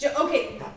Okay